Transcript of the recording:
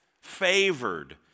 favored